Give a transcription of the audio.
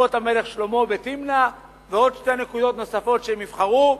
מכרות המלך שלמה בתמנע ושתי נקודות נוספות שהם יבחרו,